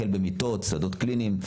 החל במיטות ובשדות הקליניים,